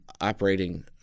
operating